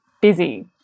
busy